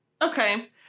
Okay